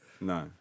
No